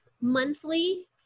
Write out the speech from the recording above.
monthly